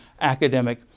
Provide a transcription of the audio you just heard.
academic